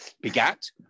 begat